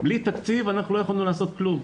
בלי תקציב לא יכולנו לעשות כלום.